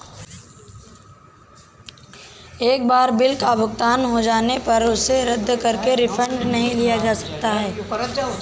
एक बार बिल का भुगतान हो जाने पर उसे रद्द करके रिफंड नहीं लिया जा सकता